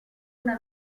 una